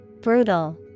Brutal